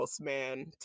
man